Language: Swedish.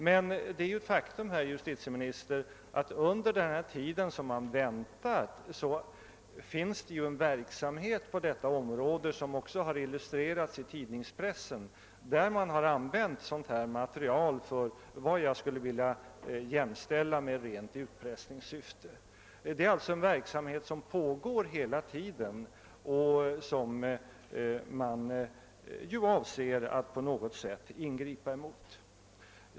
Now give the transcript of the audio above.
Men det är ju ett faktum, herr justitieminister, att under den tid som man väntat har det förekommit en även i tidningspressen uppmärksammad — verksamhet på detta område där man har använt sådant här material för något som jag skulle vilja jämställa med rent utpressningssyfte. Det är alltså en verksamhet som pågår hela tiden och som man ju avser att på något sätt ingripa emot.